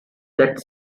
that